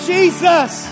Jesus